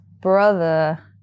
brother